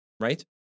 Right